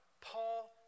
Paul